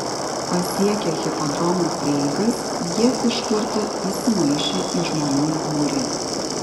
pasiekę hipodromo prieigas jie iš karto įsimaišė į žmonių būrį